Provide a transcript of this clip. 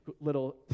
little